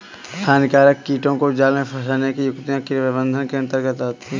हानिकारक कीटों को जाल में फंसने की युक्तियां कीट प्रबंधन के अंतर्गत आती है